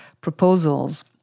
proposals